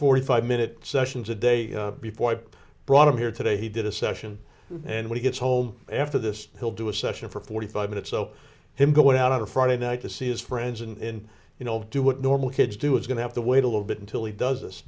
forty five minute sessions a day before i brought him here today he did a session and when he gets home after this he'll do a session for forty five minutes so him go out a friday night to see his friends in you know do what normal kids do is going to have to wait a little bit until he does this